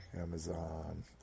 Amazon